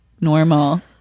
normal